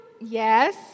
Yes